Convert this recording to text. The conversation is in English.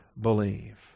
believe